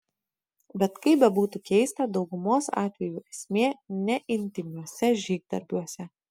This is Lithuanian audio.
bet kaip bebūtų keista daugumos atvejų esmė ne intymiuose žygdarbiuose